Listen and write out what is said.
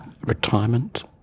retirement